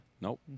Nope